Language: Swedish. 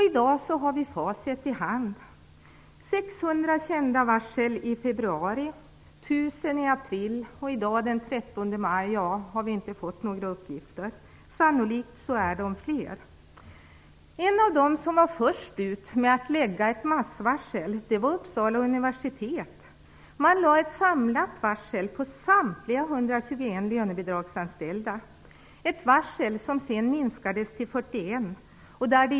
I dag har vi facit i hand: 600 kända varsel i februari, 1 000 i april, och i dag den 30 maj har vi inte fått några nya uppgifter, men sannolikt är det fler. En av dem som var först ut med att lägga ett massvarsel var Uppsala universitet, som lade ett samlat varsel på samtliga 121 lönebidragsanställda - ett varsel som sedan minskades till 41.